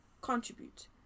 contribute